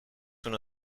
uno